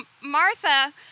Martha